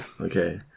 Okay